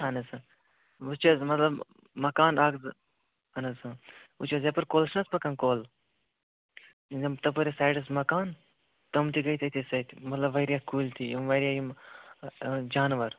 اہن حظ سر وٕچھ حظ مطلب مَکان اَکھ زٕ اہن حظ آ وٕچھ حظ یَپٲرۍ کۄل چھِنہٕ حظ پَکان کۄل یِم تَپٲرۍ ٲسۍ سایڈَس مَکان تِم تہِ گٔے تٔتی سۭتۍ مطلب واریاہ کُلۍ تہِ یِم واریاہ یِم جانور